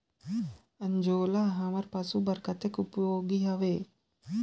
अंजोला हमर पशु बर कतेक उपयोगी हवे?